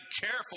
careful